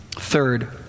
Third